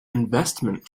investment